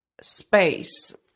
space